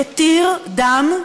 התיר דם.